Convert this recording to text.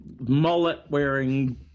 mullet-wearing